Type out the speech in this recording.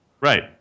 Right